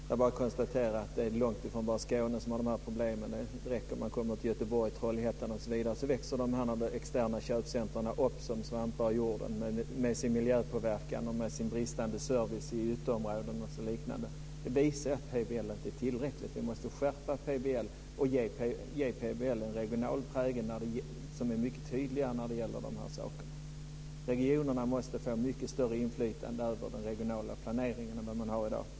Fru talman! Låt mig bara konstatera att det är långt ifrån bara Skåne som har de här problemen. I Göteborg, Trollhättan osv. växer externa köpcentrum upp som svampar ur jorden, med sin miljöpåverkan och konsekvenser i form av bristande service i ytterområden o.d. Det visar att PBL inte är tillräcklig. Vi måste skärpa PBL och ge den lagen en mycket tydligare regional prägel i de här avseendena. Regionerna måste få mycket större inflytande över den regionala planeringen än vad de har i dag.